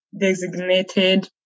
designated